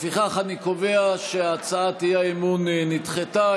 לפיכך אני קובע שהצעת האי-אמון נדחתה.